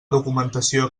documentació